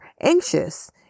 anxious